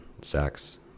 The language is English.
sex